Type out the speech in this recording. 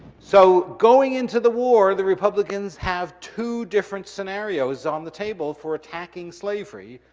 so, going into the war, the republicans have two different scenarios on the table for attacking slavery,